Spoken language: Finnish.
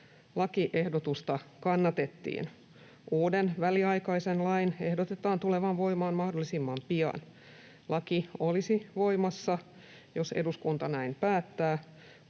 lakiehdotusta kannatettiin. Uuden väliaikaisen lain ehdotetaan tulevan voimaan mahdollisimman pian. Laki olisi voimassa, jos eduskunta näin päättää,